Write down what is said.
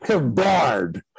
barred